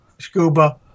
Scuba